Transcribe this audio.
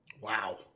Wow